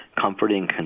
comforting